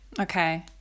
Okay